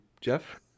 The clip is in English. Jeff